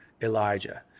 Elijah